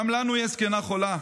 גם לנו יש זקנה חולה,